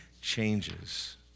changes